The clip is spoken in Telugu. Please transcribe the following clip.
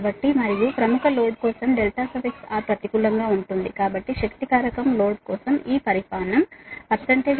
కాబట్టి మరియు ప్రముఖ లోడ్ కోసం R ప్రతికూలం గా ఉంటుంది కాబట్టి శక్తి ఫాక్టర్ లోడ్ కోసం ఈ మాగ్నిట్యూడ్